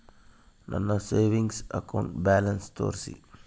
ನನ್ನ savings account balance ತೋರಿಸಿ?